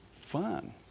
fun